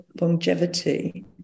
longevity